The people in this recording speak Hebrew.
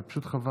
וזה פשוט חבל.